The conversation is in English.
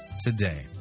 today